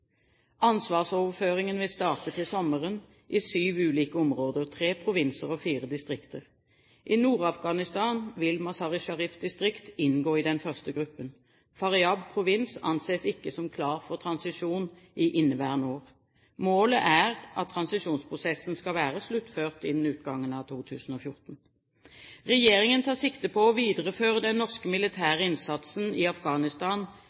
Ansvarsoverføringen vil starte til sommeren i syv ulike områder – tre provinser og fire distrikter. I Nord-Afghanistan vil Mazar-e Sharif-distriktet inngå i den første gruppen. Faryab-provinsen anses ikke som klar for transisjon i inneværende år. Målet er at transisjonsprosessen skal være sluttført innen utgangen av 2014. Regjeringen tar sikte på å videreføre den norske militære innsatsen i Afghanistan